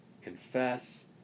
confess